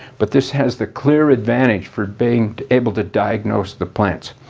but this has the clear advantage for being able to diagnose the plants.